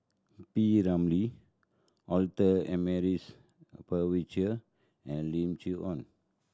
P Ramlee Arthur Ernest and Lim Chee Onn